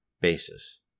basis